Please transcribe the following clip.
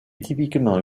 typiquement